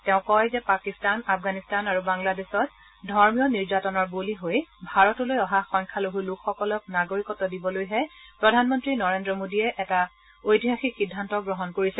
তেওঁ কয় যে পাকিস্তান আফগানিস্তান আৰু বাংলাদেশত ধৰ্মীয় নিৰ্যাতনৰ বলি হৈ ভাৰতলৈ অহা সংখ্যালঘু লোকসকলক নাগৰিকত্ব দিবলৈহে প্ৰধানমন্ত্ৰী নৰেন্দ্ৰ মোদীয়ে এটা ঐতিহাসিক সিদ্ধান্ত গ্ৰহণ কৰিছে